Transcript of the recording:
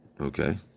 Okay